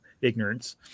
ignorance